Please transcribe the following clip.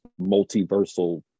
multiversal